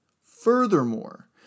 Furthermore